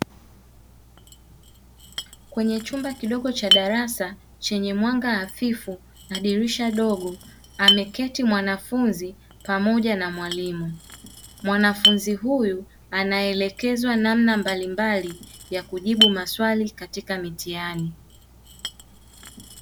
Kwenye chumba kidogo cha darasa chenye mwanga hafifu na dirisha dogo ameketi mwanafunzi pamoja na mwalimu. Mwanafunzi huyu anaelekezwa namna mbalimbali ya kujibu maswali katika mitihani.